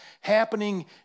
happening